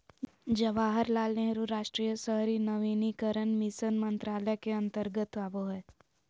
जवाहरलाल नेहरू राष्ट्रीय शहरी नवीनीकरण मिशन मंत्रालय के अंतर्गत आवो हय